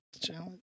challenge